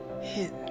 hidden